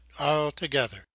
altogether